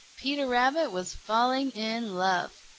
peter rabbit was falling in love.